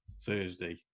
Thursday